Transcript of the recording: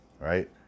right